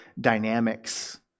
dynamics